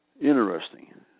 interesting